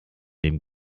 dem